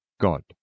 God